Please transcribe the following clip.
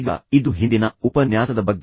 ಈಗ ಇದು ಹಿಂದಿನ ಉಪನ್ಯಾಸದ ಬಗ್ಗೆ